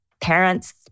parents